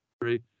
three